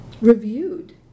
reviewed